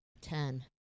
Ten